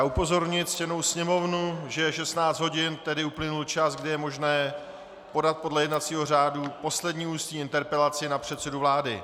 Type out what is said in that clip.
Upozorňuji ctěnou Sněmovnu, že je 16 hodin, tedy uplynul čas, kdy je možné podat podle jednacího řádu poslední ústní interpelaci na předsedu vlády.